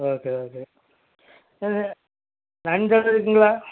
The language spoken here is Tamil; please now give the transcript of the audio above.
ஓகே ஓகே ஆ நண்டெல்லாம் இருக்குதுங்களா